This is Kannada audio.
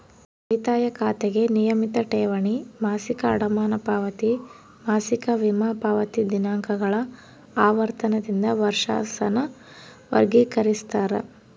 ಉಳಿತಾಯ ಖಾತೆಗೆ ನಿಯಮಿತ ಠೇವಣಿ, ಮಾಸಿಕ ಅಡಮಾನ ಪಾವತಿ, ಮಾಸಿಕ ವಿಮಾ ಪಾವತಿ ದಿನಾಂಕಗಳ ಆವರ್ತನದಿಂದ ವರ್ಷಾಸನ ವರ್ಗಿಕರಿಸ್ತಾರ